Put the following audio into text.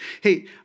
hey